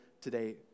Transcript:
today